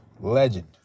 Legend